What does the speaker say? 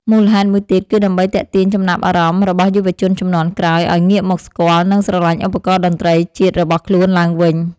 មូលហេតុមួយទៀតគឺដើម្បីទាក់ទាញចំណាប់អារម្មណ៍របស់យុវជនជំនាន់ក្រោយ ឱ្យងាកមកស្គាល់ និងស្រឡាញ់ឧបករណ៍តន្ត្រីជាតិរបស់ខ្លួនឡើងវិញ។